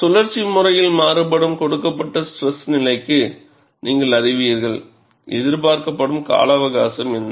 சுழற்சி முறையில் மாறுபடும் கொடுக்கப்பட்ட ஸ்ட்ரெஸ் நிலைக்கு நீங்கள் அறிவீர்கள் எதிர்பார்க்கப்படும் கால அவகாசம் என்ன